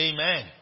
Amen